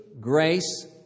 grace